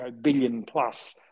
billion-plus